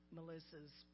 Melissa's